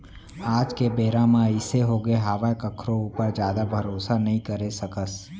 आज के बेरा म अइसे होगे हावय कखरो ऊपर जादा भरोसा नइ करे सकस